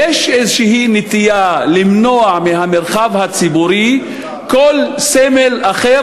יש נטייה למנוע במרחב הציבורי כל סמל אחר,